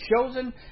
chosen